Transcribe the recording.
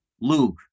Luke